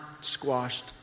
squashed